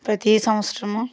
ప్రతీ సంవత్సరము